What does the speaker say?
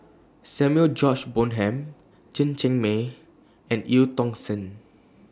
Samuel George Bonham Chen Cheng Mei and EU Tong Sen